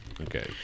okay